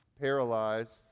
paralyzed